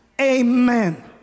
Amen